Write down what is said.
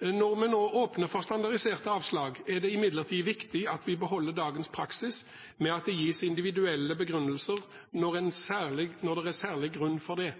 Når vi nå åpner for standardiserte avslag, er det imidlertid viktig at vi beholder dagens praksis med at det gis individuelle begrunnelser når det er særlig grunn for det.